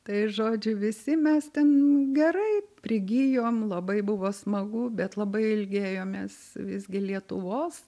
tai žodžiu visi mes ten gerai prigijom labai buvo smagu bet labai ilgėjomės visgi lietuvos